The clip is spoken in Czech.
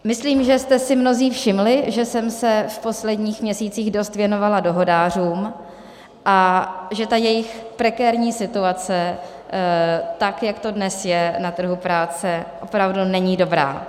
Myslím, že jste si mnozí všimli, že jsem se v posledních měsících dost věnovala dohodářům a že jejich prekérní situace, tak jak to dnes je na trhu práce, opravdu není dobrá.